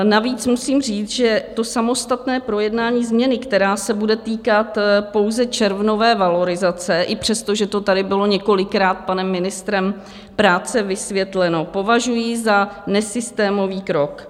Navíc musím říct, že to samostatné projednání změny, která se bude týkat pouze červnové valorizace, i přesto, že to tady bylo několikrát panem ministrem práce vysvětleno, považuji za nesystémový krok.